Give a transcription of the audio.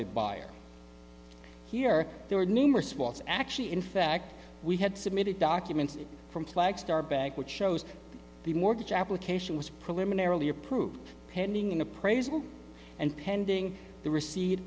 the buyer here there were numerous false actually in fact we had submitted documents from flag star bank which shows the mortgage application was preliminarily approved pending an appraisal and pending the receipt